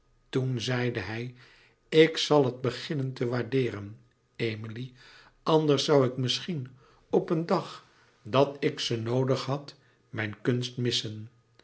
toen zeide hij louis couperus metamorfoze ik zal het beginnen te waardeeren emilie anders zoû ik misschien op een dag dat ik ze noodig had mijn kunst missen